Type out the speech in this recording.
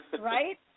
Right